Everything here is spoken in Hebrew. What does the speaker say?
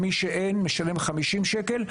מי שאין לו, משלם 50 שקל.